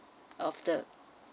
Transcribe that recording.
of the